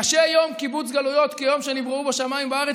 שקשה יום קיבוץ גלויות "כיום שנבראו בו שמיים וארץ",